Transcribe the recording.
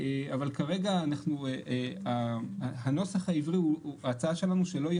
אבל כרגע ההצעה שלנו היא שלנוסח העברי לא יהיה